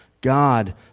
God